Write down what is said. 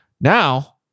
Now